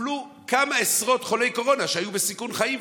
טופלו כמה עשרות חולי קורונה שהיו בסיכון חיים,